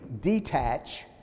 detach